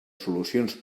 solucions